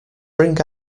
bring